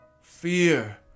fear